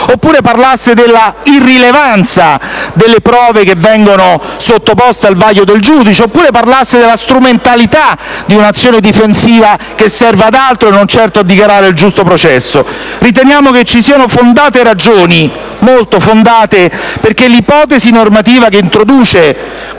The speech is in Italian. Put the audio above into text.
oppure parlasse dell'irrilevanza delle prove sottoposte al vaglio del giudice o della strumentalità di un'azione difensiva che serve ad altro e non certo a dichiarare il giusto processo. Riteniamo che ci siano fondate ragioni - molto fondate - per pensare che l'ipotesi normativa che introduce